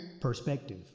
Perspective